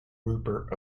rupert